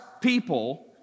people